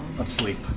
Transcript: let's sleep.